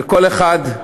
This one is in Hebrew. וכל אחד,